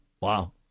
Wow